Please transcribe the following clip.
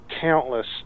countless